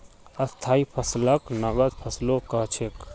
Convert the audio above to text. स्थाई फसलक नगद फसलो कह छेक